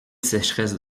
sécheresse